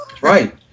Right